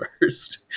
first